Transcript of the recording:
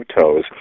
toes